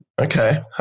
Okay